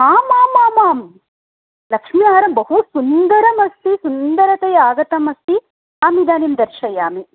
आम् आमामां लक्ष्मीहारं बहु सुन्दरम् अस्ति सुन्दरतया आगतम् अस्ति अहम् इदनीं दर्शयामि